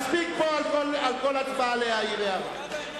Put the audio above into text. מספיק על כל הצבעה להעיר פה הערות.